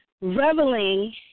reveling